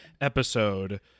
episode